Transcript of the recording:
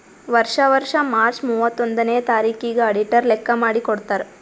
ವರ್ಷಾ ವರ್ಷಾ ಮಾರ್ಚ್ ಮೂವತ್ತೊಂದನೆಯ ತಾರಿಕಿಗ್ ಅಡಿಟರ್ ಲೆಕ್ಕಾ ಮಾಡಿ ಕೊಡ್ತಾರ್